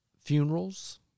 Funerals